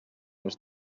les